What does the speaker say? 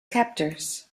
captors